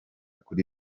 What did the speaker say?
kuri